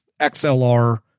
XLR